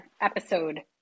episode